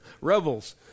rebels